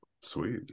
sweet